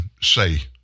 say